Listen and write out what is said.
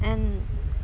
and